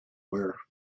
wear